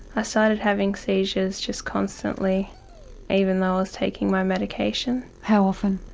i started having seizures just constantly even though i was taking my medication. how often?